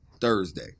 Thursday